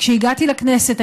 כשהגעתי לכנסת,